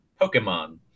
Pokemon